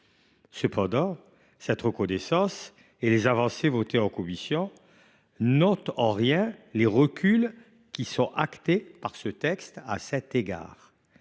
Cependant, cette reconnaissance et les avancées votées en commission n’enlèvent pas les reculs actés par ce texte à cet égard.